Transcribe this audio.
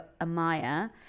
Amaya